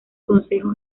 consejo